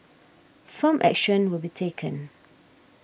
firm action will be taken